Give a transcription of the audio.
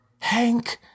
Hank